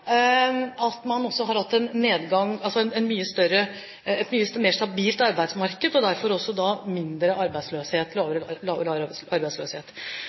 at man også har hatt et mye mer stabilt arbeidsmarked og derfor også lavere arbeidsløshet.